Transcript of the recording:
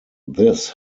this